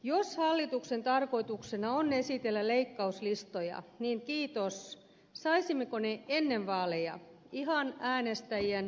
jos hallituksen tarkoituksena on esitellä leikkauslistoja niin kiitos saisimmeko ne ennen vaaleja ihan äänestäjien kuluttajansuojan takia